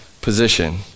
position